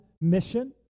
mission